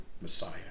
Messiah